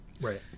Right